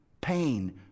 Pain